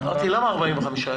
שאלתי: למה 45 יום?